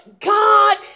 God